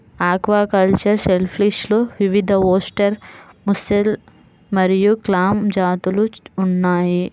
aquacultured షెల్ఫిష్లో వివిధఓస్టెర్, mussel మరియు క్లామ్ జాతులు ఉన్నాయి